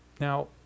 Now